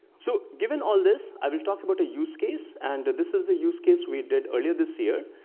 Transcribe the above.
so given all this, i will talk about a use case. and this is the use case we did earlier this year.